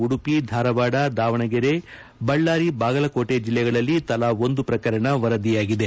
ಉಡುಪಿ ಧಾರವಾಡ ದಾವಣಗೆರೆ ಬಳ್ದಾರಿ ಬಾಗಲಕೋಟೆ ಜಿಲ್ಲೆಗಳಲ್ಲಿ ತಲಾ ಒಂದು ಪ್ರಕರಣ ವರದಿಯಾಗಿದೆ